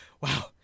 Wow